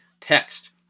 Text